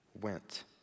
went